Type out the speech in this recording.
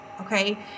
Okay